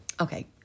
Okay